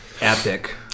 epic